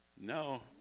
No